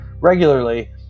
regularly